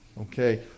Okay